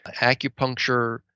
acupuncture